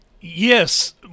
yes